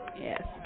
Yes